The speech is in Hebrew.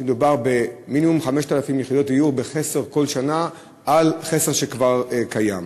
מדובר במינימום 5,000 יחידות דיור בחסר כל שנה על חסר שכבר קיים.